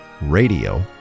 radio